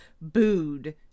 booed